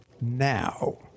now